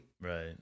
Right